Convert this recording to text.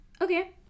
Okay